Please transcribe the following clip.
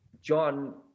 John